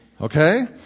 Okay